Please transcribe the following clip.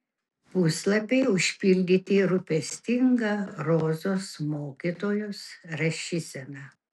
puslapiai užpildyti rūpestinga rozos mokytojos rašysena